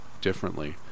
differently